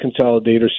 consolidator